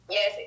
Yes